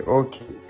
okay